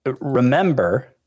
Remember